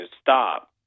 stop